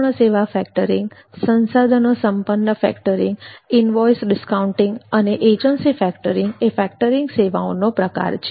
સંપૂર્ણ સેવા ફેક્ટરીંગ સંસાધનો સંપન્ન ફેક્ટરીંગ ઇનવોઈસ ડિસ્કાઉન્ટીંગ અને એજન્સી ફેક્ટરીંગ એ ફેક્ટરીંગ સેવાઓના પ્રકાર છે